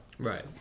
right